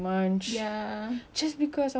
when I'm supposed to keep my body busy